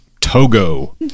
Togo